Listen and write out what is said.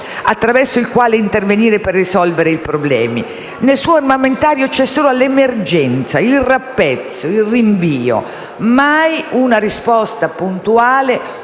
attraverso il quale intervenire per risolvere i problemi. Nel suo armamentario ci sono solo l'emergenza, il rappezzo, il rinvio: mai una risposta puntuale